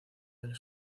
del